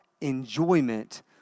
enjoyment